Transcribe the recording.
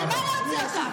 על מה להוציא אותם?